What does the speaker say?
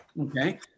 Okay